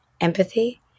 empathy